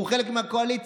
הוא חלק מהקואליציה.